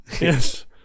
Yes